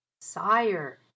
Sire